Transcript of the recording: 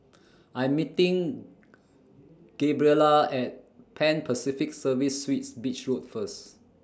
I'm meeting Gabriela At Pan Pacific Serviced Suites Beach Road First